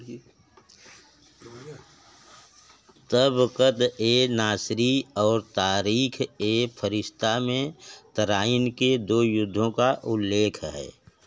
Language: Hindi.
तबक़त ए नासिरी और तारिख़ ए फ़रिश्ता में तराइन के दो युद्धों का उल्लेख है